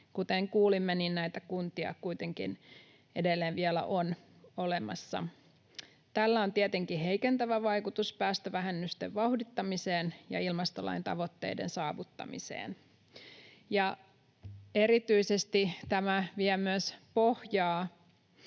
Kuten kuulimme, näitä kuntia kuitenkin edelleen vielä on olemassa. Tällä on tietenkin heikentävä vaikutus päästövähennysten vauhdittamiseen ja ilmastolain tavoitteiden saavuttamiseen. Erityisesti tämä vie myös pohjaa